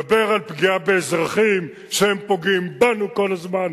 דבר על פגיעה באזרחים שהם פוגעים בנו כל הזמן.